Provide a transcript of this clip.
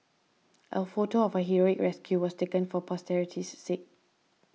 a photo of her heroic rescue was taken for posterity's sake